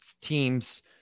teams